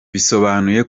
bisobanuye